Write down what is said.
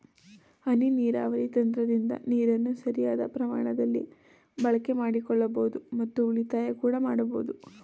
ಹನಿ ನೀರಾವರಿ ತಂತ್ರದಿಂದ ನೀರನ್ನು ಸರಿಯಾದ ಪ್ರಮಾಣದಲ್ಲಿ ಬಳಕೆ ಮಾಡಿಕೊಳ್ಳಬೋದು ಮತ್ತು ಉಳಿತಾಯ ಕೂಡ ಮಾಡಬೋದು